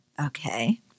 okay